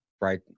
right